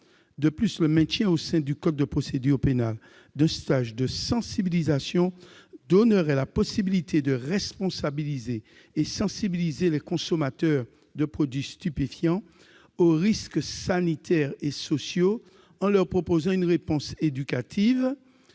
De plus, le maintien au sein du code de procédure pénale d'un stage de sensibilisation donnerait la possibilité de responsabiliser et sensibiliser les consommateurs de produits stupéfiants aux risques sanitaires et sociaux, en leur proposant une réponse éducative,